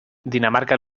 dinamarca